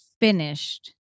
finished